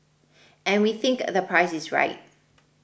and we think the price is right